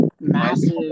massive